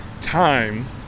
time